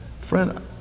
Friend